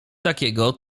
takiego